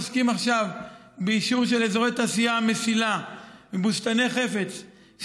עוסקים עכשיו באישור של אזורי תעשייה המסילה ובוסתני חפץ,